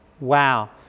wow